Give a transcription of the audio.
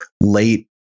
late